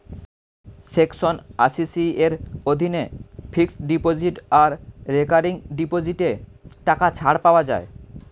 section আশি C এর অধীনে ফিক্সড ডিপোজিট আর রেকারিং ডিপোজিটে টাকা ছাড় পাওয়া যায়